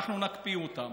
אנחנו נקפיא אותם,